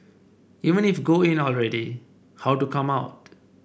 even if go in already how to come out